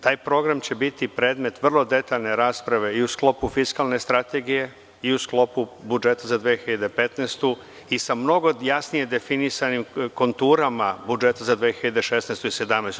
Taj program će biti predmet vrlo detaljne rasprave i u sklopu fiskalne strategije i u sklopu budžeta za 2015. godinu i sa mnogo jasnije definisanim konturama budžeta za 2016. i 2017. godinu.